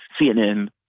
CNN